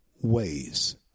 ways